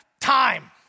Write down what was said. time